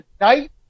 night